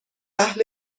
اهل